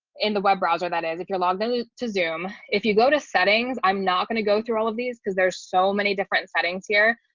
in the web browser, that is if you're logged in to zoom, if you go to settings i'm not going to go through all of these because there's so many different settings here.